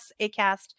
Acast